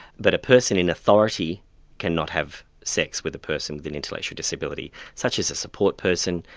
but a person in authority cannot have sex with a person with an intellectual disability, such as a support person,